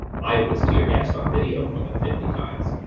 i was tear gassed on video more than fifty times